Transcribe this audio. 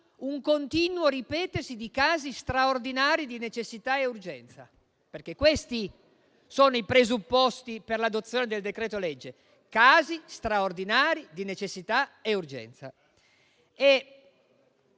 un continuo ripetersi di casi straordinari di necessità e urgenza, perché questi sono i presupposti per l'adozione del decreto-legge. L'abuso della decretazione d'urgenza